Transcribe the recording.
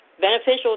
beneficial